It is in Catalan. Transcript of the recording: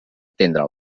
atendre